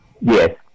Yes